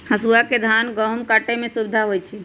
हसुआ से धान गहुम काटे में सुविधा होई छै